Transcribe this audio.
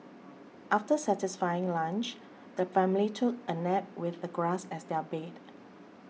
after satisfying lunch the family took a nap with the grass as their bed